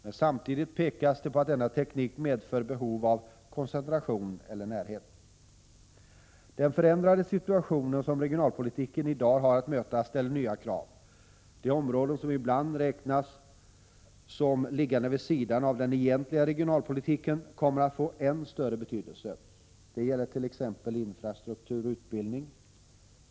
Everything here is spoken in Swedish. Men samtidigt pekas det på att denna teknik medför behov av koncentration eller närhet. Den förändrade situation som regionalpolitiken i dag har att möta ställer nya krav. De områden som ibland räknas som liggande vid sidan om den egentliga regionalpolitiken kommer att få en större betydelse. Det gäller t.ex. infrastruktur och utbildning.